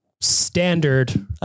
standard